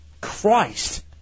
Christ